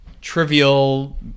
trivial